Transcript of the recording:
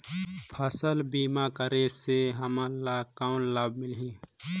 फसल बीमा करे से हमन ला कौन लाभ मिलही?